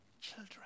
Children